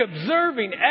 observing